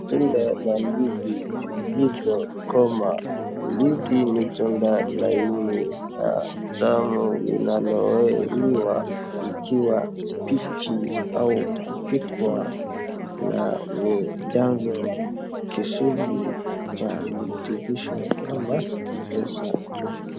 Tunda la ndizi zilizokoma ,ndizi ni tunda laini la damu linaloliwa ikiwa mbichi au kupikwa na ni chacho kizuri cha vitumbulisho kama kutosha.